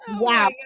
Wow